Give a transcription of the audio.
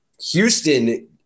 Houston